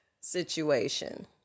situation